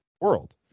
world